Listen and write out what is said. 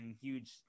huge